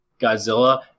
Godzilla